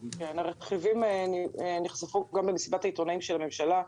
הרכיבים נחשפו גם במסיבת העיתונאים של הממשלה.